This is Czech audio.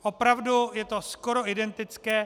Opravdu je to skoro identické.